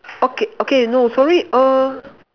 okay okay you know sorry err